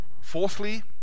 Fourthly